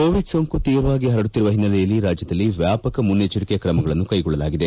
Covid ಸೋಂಕು ತೀವ್ರವಾಗಿ ಪರಡುತ್ತಿರುವ ಓನ್ನೆಲೆಯಲ್ಲಿ ರಾಜ್ಕದಲ್ಲಿ ವ್ಯಾಪಕ ಮುನ್ನೆಜ್ವರಿಕೆ ಕ್ರಮಗಳನ್ನು ಕೈಗೊಳ್ಳಲಾಗಿದೆ